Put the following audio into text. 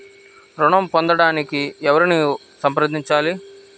ఋణం పొందటానికి ఎవరిని సంప్రదించాలి?